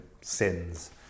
sins